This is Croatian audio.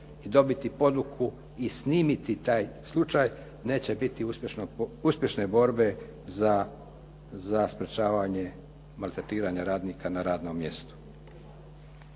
i dobiti poduku i snimiti taj slučaj, neće biti uspješne borbe za sprječavanje maltretiranja radnika na radnom mjestu.